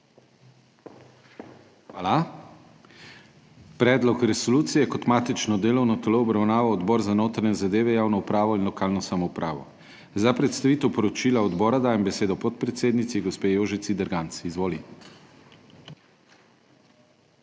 Hvala. Predlog resolucije je kot matično delovno telo obravnaval Odbor za notranje zadeve, javno upravo in lokalno samoupravo. Za predstavitev poročila odbora dajem besedo podpredsednici gospe Jožici Derganc. Izvoli.